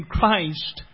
Christ